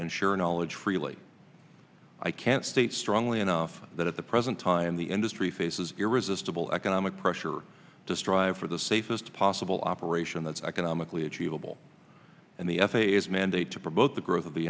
share knowledge freely i can't state strongly enough that at the present time the industry faces irresistible economic pressure to strive for the a system possible operation that's economically achievable and the f a a is mandate to promote the growth of the